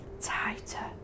tighter